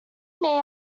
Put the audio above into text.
may